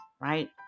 right